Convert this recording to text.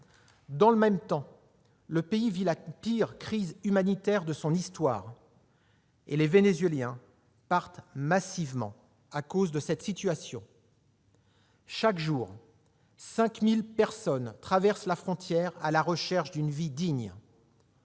Dans le même temps, le pays vit la pire crise humanitaire de son histoire et les Vénézuéliens partent massivement à cause de cette situation. Chaque jour, 5 000 personnes traversent la frontière à la recherche d'une vie digne.